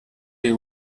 you